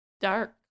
dark